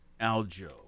Aljo